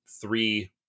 three